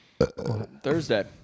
Thursday